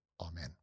Amen